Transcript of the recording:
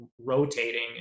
rotating